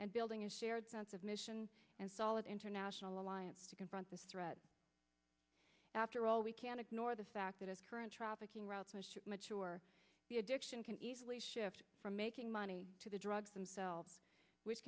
and building a shared sense of mission and solid international alliance to confront this threat after all we can ignore the fact that as current trafficking routes mature the addiction can easily shift from making money to the drugs themselves which